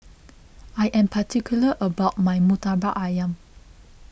I am particular about my Murtabak Ayam